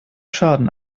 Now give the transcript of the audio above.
schaden